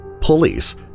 Police